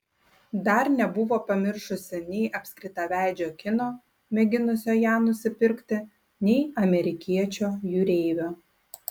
dar nebuvo pamiršusi nei apskritaveidžio kino mėginusio ją nusipirkti nei amerikiečio jūreivio